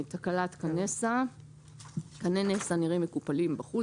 (שם / מספר) תקלת כן נסע(1)כני נסע נראים מקופלים / בחוץ.